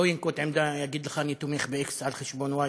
לא ינקוט עמדה ויגיד לך אני תומך ב-x על חשבון y,